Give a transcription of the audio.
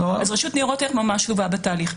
אז רשות ניירות ערך ממש לא באה בתהליך.